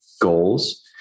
goals